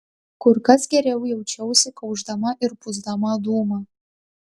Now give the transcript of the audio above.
kur kas geriau jaučiausi kaušdama ir pūsdama dūmą